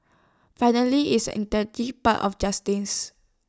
finally is an integral part of justice